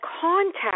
contact